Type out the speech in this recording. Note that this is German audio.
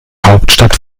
hauptstadt